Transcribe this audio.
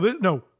no